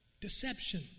Deception